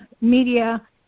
media